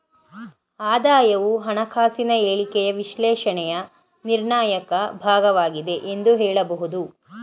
ಆದಾಯವು ಹಣಕಾಸಿನ ಹೇಳಿಕೆಯ ವಿಶ್ಲೇಷಣೆಯ ನಿರ್ಣಾಯಕ ಭಾಗವಾಗಿದೆ ಎಂದು ಹೇಳಬಹುದು